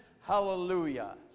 Hallelujah